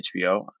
HBO